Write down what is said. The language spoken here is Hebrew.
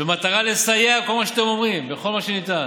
במטרה לסייע, כמו שאתם אומרים, בכל מה שניתן,